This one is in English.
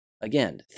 Again